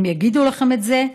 הם יגידו לכם את זה,